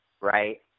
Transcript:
right